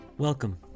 Welcome